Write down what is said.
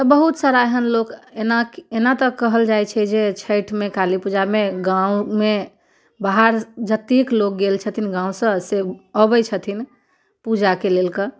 तऽ बहुत सारा एहन लोक एनाकि एना तऽ कहल जाइ छै जे छठिमे काली पूजामे गाँवमे बाहर जतेक लोक गेल छथिन गाँवसँ से अबै छथिन पूजाके लेल कऽ